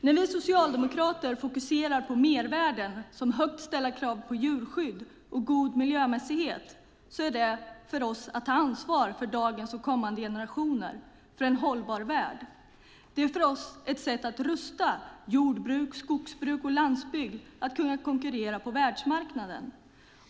När vi socialdemokrater fokuserar på mervärden som högt ställda krav på djurskydd och god miljömässighet är det att ta ansvar för nuvarande och kommande generationer, för en hållbar värld. Det är för oss ett sätt att rusta jordbruk, skogsbruk och landsbygd för att kunna konkurrera på världsmarknaden.